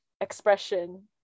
expression